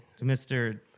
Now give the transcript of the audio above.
Mr